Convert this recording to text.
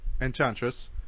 Enchantress